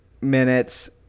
minutes